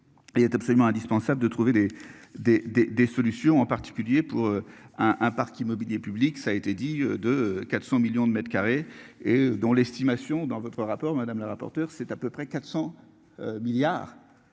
Il est absolument indispensable de trouver des des des des solutions en particulier pour un, un parc immobilier public, ça a été dit, de 400 millions de mètres carrés et dont l'estimation dans votre rapport, madame la rapporteure. C'est à peu près 400. Milliards,